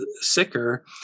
sicker